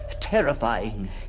Terrifying